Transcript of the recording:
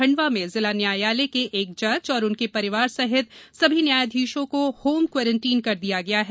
खंडवा में जिला न्यायालय के एक जज और उनके परिवार सहित सभी न्यायाधीशों को होम कोरोंटिन कर दिया गया है